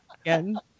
again